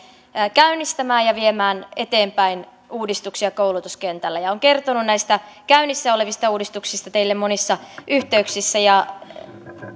käynnistämään ja viemään eteenpäin uudistuksia koulutuskentällä olen kertonut näistä käynnissä olevista uudistuksista teille monissa yhteyksissä ja on